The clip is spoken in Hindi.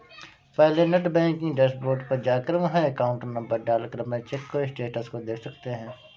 पहले नेटबैंकिंग डैशबोर्ड पर जाकर वहाँ अकाउंट नंबर डाल कर अपने चेक के स्टेटस को देख सकते है